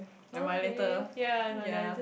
never mind later ya